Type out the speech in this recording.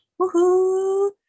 Woohoo